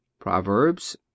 Proverbs